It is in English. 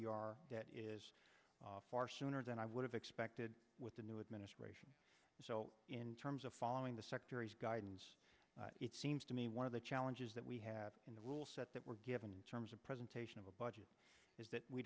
r that is far sooner than i would have expected with the new administration so in terms of following the secretary's guidance it seems to me one of the challenges that we have in the will set that we're given in terms of presentation of a budget is that we